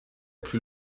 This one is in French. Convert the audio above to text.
plus